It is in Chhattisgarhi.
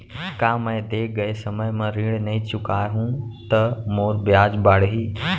का मैं दे गए समय म ऋण नई चुकाहूँ त मोर ब्याज बाड़ही?